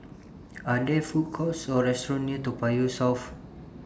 Are There Food Courts Or restaurants near Toa Payoh South